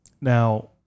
Now